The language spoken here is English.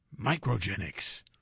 Microgenics